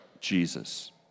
Jesus